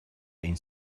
این